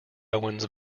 owens